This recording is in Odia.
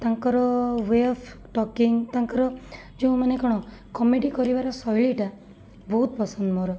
ତାଙ୍କର ୱେ ଅଫ ଟକିଙ୍ଗ ତାଙ୍କର ଯେଉଁମାନେ କ'ଣ କମେଡ଼ି କରିବାର ଶୈଳୀଟା ବହୁତ ପସନ୍ଦ ମୋର